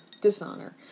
dishonor